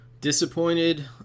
Disappointed